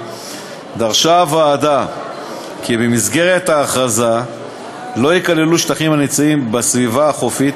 דרשה הוועדה כי במסגרת ההכרזה לא ייכללו שטחים הנמצאים בסביבה החופית,